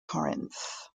corinth